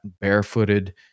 barefooted